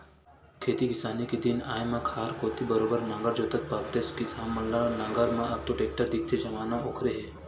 खेती किसानी के दिन आय म खार कोती बरोबर नांगर जोतत पातेस किसान मन ल नांगर म अब तो टेक्टर दिखथे जमाना ओखरे हे